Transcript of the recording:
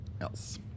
else